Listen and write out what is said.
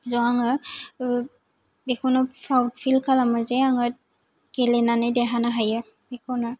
स आङो बेखौनो प्राउड फिल खालामो जे आङो गेलेनानै देरहानो हायो बेखौनो